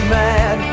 mad